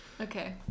Okay